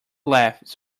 laughs